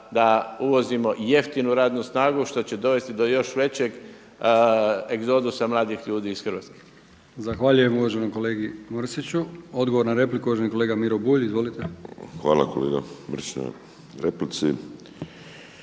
da uvozimo jeftinu radnu snagu što će dovesti do još većeg egzodusa mladih ljudi iz Hrvatske. **Brkić, Milijan (HDZ)** Zahvaljujem uvaženom kolegi Mrsiću. Odgovor na repliku uvaženi kolega Miro Bulj. Izvolite. **Bulj, Miro